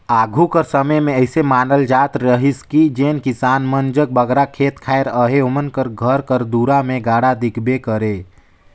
आघु कर समे मे अइसे मानल जात रहिस कि जेन किसान मन जग बगरा खेत खाएर अहे ओमन घर कर दुरा मे गाड़ा दिखबे करे